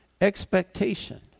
expectation